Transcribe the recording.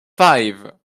five